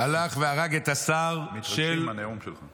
הלך והרג את השר של --- הם מתרגשים מהנאום שלך.